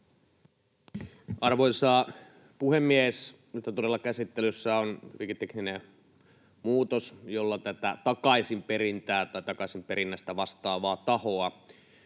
Arvoisa puhemies! Nyt todella käsittelyssä on hyvinkin tekninen muutos, jolla tätä takaisinperinnästä vastaavaa tahoa